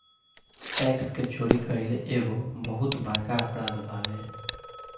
tax के चोरी कईल एगो बहुत बड़का अपराध बावे